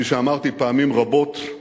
כפי שאמרתי פעמים רבות,